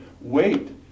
Wait